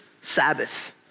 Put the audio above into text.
Sabbath